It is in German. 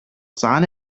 sahne